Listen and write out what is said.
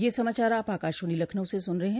ब्रे क यह समाचार आप आकाशवाणी लखनऊ से सुन रहे हैं